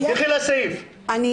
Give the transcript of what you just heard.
תלכי לסעיף, איפה זה כתוב.